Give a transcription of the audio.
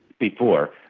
before,